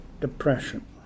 depression